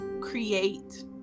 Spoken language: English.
create